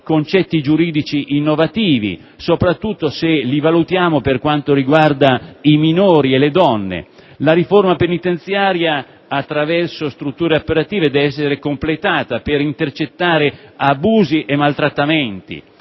concetti giuridici innovativi, soprattutto se li valutiamo applicati ai minori e alle donne; la riforma penitenziaria attraverso strutture operative deve essere completata per intercettare abusi e maltrattamenti.